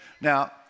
Now